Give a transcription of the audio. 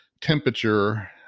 temperature